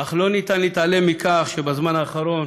אך אי-אפשר להתעלם מכך שבזמן האחרון